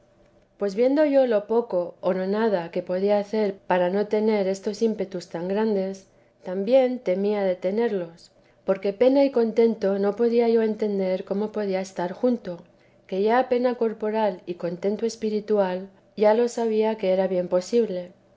pues viendo yo lo poco o nada que podía hacer para no tener estos ímpetus tan grandes también temía de tenerlos porque pena y contento no podía yo entender cómo podían estar juntos que ya pena corporal y contento espiritual ya lo sabía que era bien posible